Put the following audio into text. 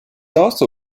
also